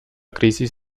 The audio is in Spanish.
crisis